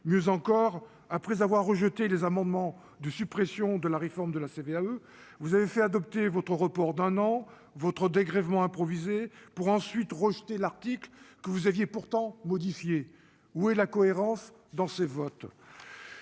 mieux encore, après avoir rejeté les amendements de suppression de la réforme de la CVAE, vous avez fait adopter votre report d'un an votre dégrèvement pour ensuite rejeté l'article que vous aviez pourtant modifié : où est la cohérence dans ses votes